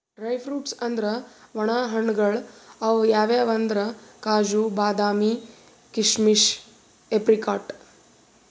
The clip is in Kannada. ಡ್ರೈ ಫ್ರುಟ್ಸ್ ಅಂದ್ರ ವಣ ಹಣ್ಣ್ಗಳ್ ಅವ್ ಯಾವ್ಯಾವ್ ಅಂದ್ರ್ ಕಾಜು, ಬಾದಾಮಿ, ಕೀಶಮಿಶ್, ಏಪ್ರಿಕಾಟ್